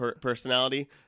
personality